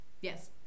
yes